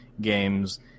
games